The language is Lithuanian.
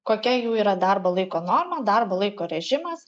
kokia jų yra darbo laiko norma darbo laiko režimas